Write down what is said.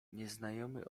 nieznajomy